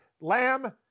Lamb